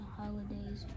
holidays